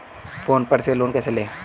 Phone पर से loan कैसे लें?